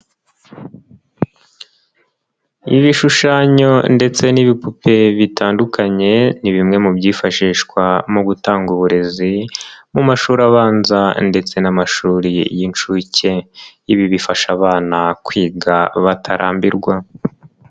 Ibishushanyo ndetse n'ibipupe bitandukanye ni bimwe mu byifashishwa mu gutanga uburezi mu mashuri abanza ndetse n'amashuri y'inshuke, ibi bifasha abana kwiga batarambirwa.